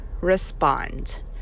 respond